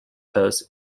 coast